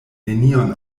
nenion